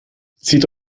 zieht